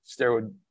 steroid